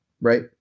right